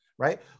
right